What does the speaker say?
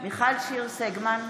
מיכל שיר סגמן,